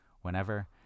whenever